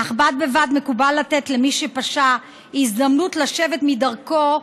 אך בד בבד מקובל לתת למי שפשע הזדמנות לשוב מדרכו,